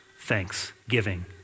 thanksgiving